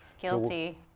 Guilty